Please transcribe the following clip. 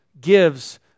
gives